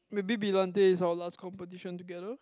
maybe brillante is our last competition together